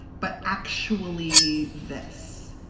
but actually this